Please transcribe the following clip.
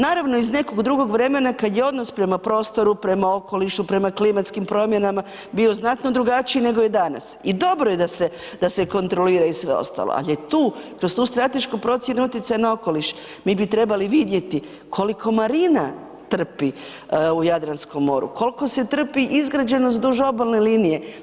Naravno iz nekog drugog vremena kad je odnos prema prostoru, prema okolišu, prema klimatskim promjenama bio znatno drugačiji nego je danas i dobro je da se kontrolira i sve ostalo, ali je to, kroz tu stratešku procjenu utjecaja na okoliš, mi bi trebali vidjeti koliko marina trpi u Jadranskom moru, koliko se trpi izgrađenost duž obalne linije.